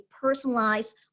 personalized